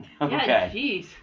Okay